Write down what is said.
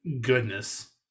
goodness